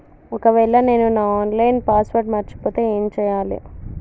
ఒకవేళ నేను నా ఆన్ లైన్ పాస్వర్డ్ మర్చిపోతే ఏం చేయాలే?